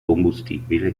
combustibile